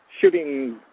shooting